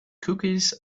cookies